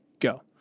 Go